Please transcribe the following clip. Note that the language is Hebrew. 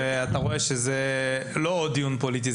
ואתה רואה שלא מדובר בעוד דיון פוליטי.